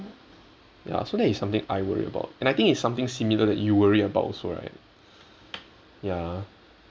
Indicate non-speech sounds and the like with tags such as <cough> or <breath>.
ya so that is something I worry about and I think it's something similar that you worry about also right <breath> ya